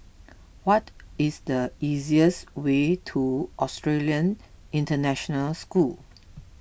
what is the easiest way to Australian International School